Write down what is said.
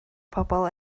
pobl